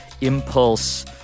impulse